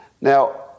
Now